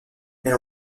elle